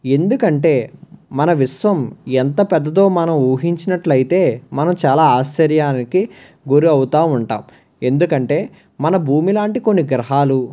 ఎందుకంటే మన విశ్వం ఎంత పెద్దదో మనం ఊహించినట్లయితే మనం చాలా ఆశ్చర్యానికి గురి అవుతా ఉంటాం ఎందుకంటే మన భూమి లాంటి కొన్ని గ్రహాలు